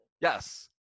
yes